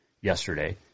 yesterday